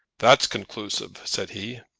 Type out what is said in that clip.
that's conclusive, said he.